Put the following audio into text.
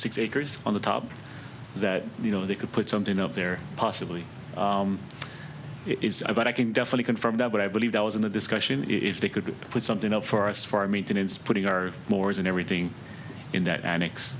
six acres on the top that you know they could put something up there possibly is about i can definitely confirm what i believe that was in the discussion if they could put something up for us for our maintenance putting our mores and everything in that i mix